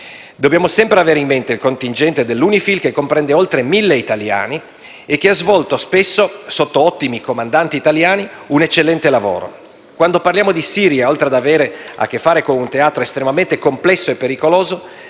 Dobbiamo sempre avere in mente il contingente dell'UNIFIL, che comprende oltre mille italiani e che ha svolto spesso, sotto ottimi comandanti italiani, un eccellente lavoro. Quando parliamo di Siria, oltre ad avere a che fare con un teatro estremamente complesso e pericoloso,